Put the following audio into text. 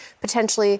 potentially